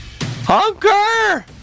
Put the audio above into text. Hunker